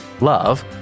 love